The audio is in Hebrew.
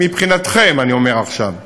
מבחינתכם אני אומר עכשיו,